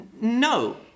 No